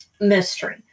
mystery